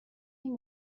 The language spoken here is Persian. این